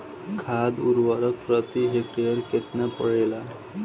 खाद व उर्वरक प्रति हेक्टेयर केतना परेला?